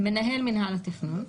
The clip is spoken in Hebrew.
מנהל מינהל התכנון.